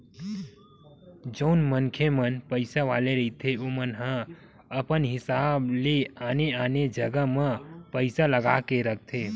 जउन मनखे मन पइसा वाले रहिथे ओमन ह अपन हिसाब ले आने आने जगा मन म पइसा लगा के रखथे